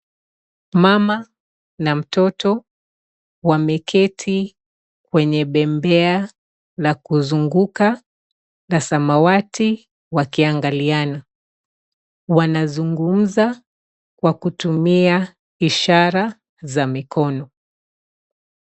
Mama na mtoto wameketi kwenye bembea la kuzunguka la samawati wakiangaliana. Wanazungumza kwa kutumia ishara za mikono.